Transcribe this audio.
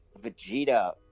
Vegeta